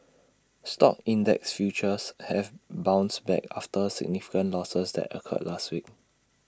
stock index futures have bounced back after significant losses that occurred last week